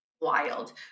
Wild